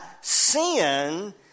sin